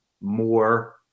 more